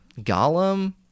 Golem